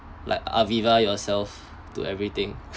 like aviva yourself to everything